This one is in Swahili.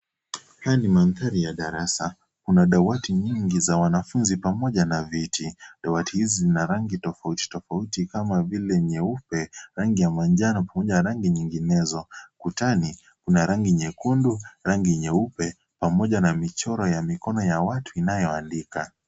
Haya ni mandhari ya darasa. Kuna dawati nyingi za wanafunzi pamoja na viti. Dawati hizi zina rangi tofauti tofauti kama vile, nyeupe, rangi ya manjano, pamoja na rangi nyinginezo. Kutani, kuna rangi nyekundu, rangi nyeupe, pamoja na michoro ya mikono ya watu inayoandika.